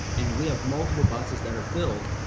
and we have multiple buses that are filled.